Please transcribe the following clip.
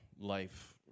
life